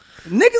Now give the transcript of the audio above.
Niggas